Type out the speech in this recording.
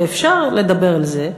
ואפשר לדבר על זה,